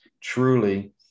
truly